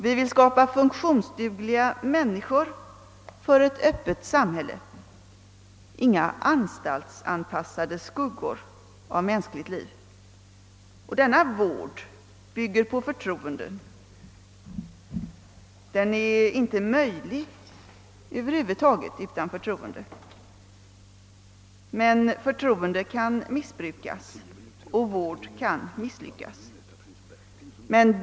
Vi vill skapa funktionsdugliga människor för ett öppet samhälle, inga anstaltsanpassade skuggor av mänskligt liv. Denna vård bygger på förtroende och är över huvud taget inte möjlig utan sådant, men förtroende kan missbrukas och vård kan misslyckas.